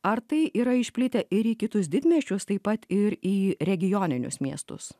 ar tai yra išplitę ir į kitus didmiesčius taip pat ir į regioninius miestus